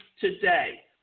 today